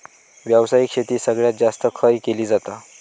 व्यावसायिक शेती सगळ्यात जास्त खय केली जाता?